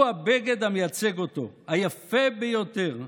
הוא הבגד המייצג אותו, היפה ביותר.